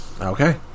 Okay